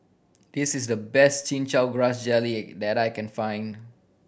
this is the best Chin Chow Grass Jelly that I can find